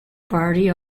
party